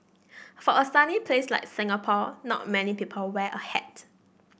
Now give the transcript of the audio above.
for a sunny place like Singapore not many people wear a hat